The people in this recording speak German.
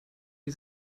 die